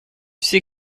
sais